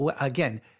again